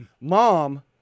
Mom